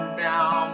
down